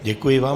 Děkuji vám.